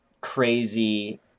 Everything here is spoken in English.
crazy